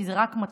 כי זה רק מתחיל,